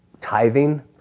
tithing